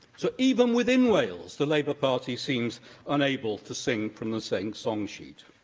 so, even within wales, the labour party seems unable to sing from the same song sheet.